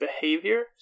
behavior